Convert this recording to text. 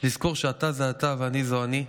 לזכור שאתה זה אתה ואני זו אני,